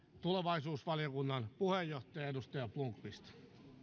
tulevaisuusvaliokunnan puheenjohtaja edustaja blomqvist